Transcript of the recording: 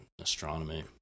astronomy